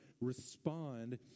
respond